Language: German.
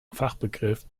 fachbegriff